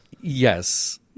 Yes